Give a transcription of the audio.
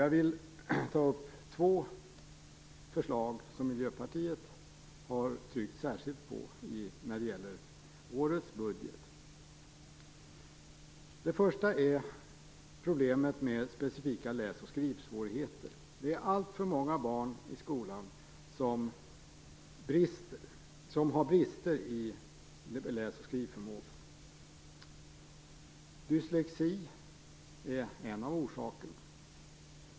Jag vill ta upp två förslag som Miljöpartiet har tryckt särskilt på när det gäller årets budget. Det första är problemet med specifika läs och skrivsvårigheter. Det är alltför många barn i skolan som har brister i läs och skrivförmågan. Dyslexi är en av orsakerna.